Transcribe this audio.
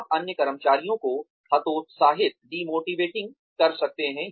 आप कई अन्य कर्मचारियों को हतोत्साहित कर सकते हैं